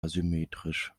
asymmetrisch